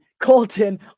Colton